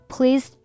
Please